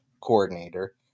coordinator